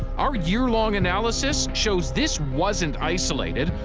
our year-long analysis shows this wasn't isolated.